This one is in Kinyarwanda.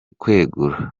kwegura